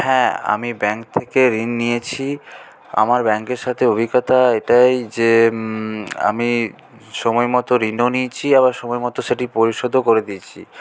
হ্যাঁ আমি ব্যাঙ্ক থেকে ঋণ নিয়েছি আমার ব্যাঙ্কের সাথে অভিজ্ঞতা এটাই যে আমি সময় মতো ঋণও নিয়েছি আবার সময় মতো সেটি পরিশোধও করে দিয়েছি